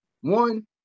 One